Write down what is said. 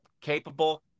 capable